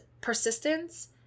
persistence